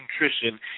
nutrition